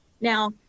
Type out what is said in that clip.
Now